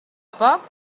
poc